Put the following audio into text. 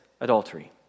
adultery